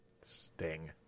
Sting